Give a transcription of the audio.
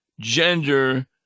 gender